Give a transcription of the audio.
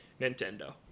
Nintendo